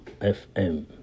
FM